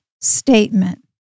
statement